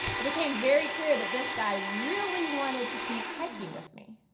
it became very clear that this guy really wanted to keep hiking with me.